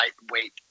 lightweight